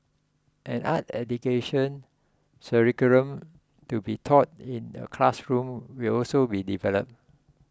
an art education curriculum to be taught in the classrooms will also be developed